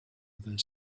their